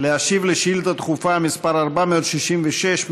להשיב על שאילתה דחופה מס' 466,